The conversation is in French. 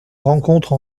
rencontre